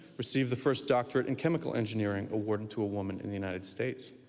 received the first doctorate in chemical engineering awarded to a woman in the united states.